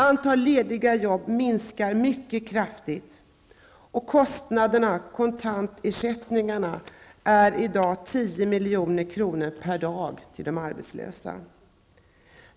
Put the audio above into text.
Antalet lediga jobb minskar mycket kraftigt. Kontantersättningarna är i dag 10 milj.kr. per dag till de arbetslösa.